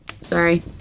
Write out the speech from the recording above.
Sorry